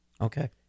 Okay